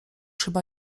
chyba